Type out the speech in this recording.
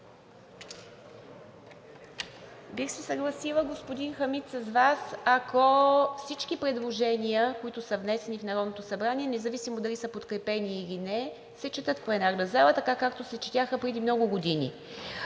Бих се съгласила, господин Хамид, с Вас, ако всички предложения, които са внесени в Народното събрание, независимо дали са подкрепени или не, се четат в пленарната зала, така, както се четяха преди много години.